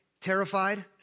terrified